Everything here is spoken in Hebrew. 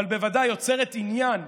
אבל בוודאי יוצרת עניין,